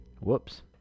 Whoops